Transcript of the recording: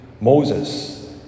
Moses